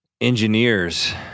engineers